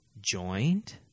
Joined